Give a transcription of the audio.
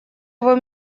его